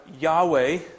Yahweh